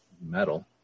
metal